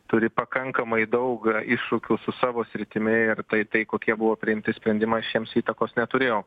turi pakankamai daug iššūkių su savo sritimi ir tai tai kokie buvo priimti sprendimai aš jiems įtakos neturėjau